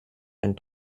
ein